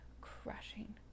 crushing